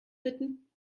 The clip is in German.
bitten